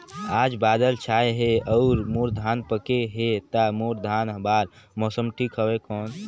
आज बादल छाय हे अउर मोर धान पके हे ता मोर धान बार मौसम ठीक हवय कौन?